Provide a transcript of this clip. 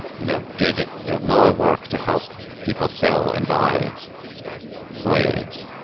you know, did law work to help people sell and buy slaves?